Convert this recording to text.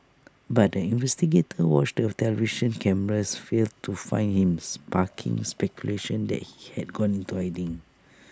but the investigators watched television cameras failed to find him sparking speculation that he he had gone into hiding